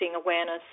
awareness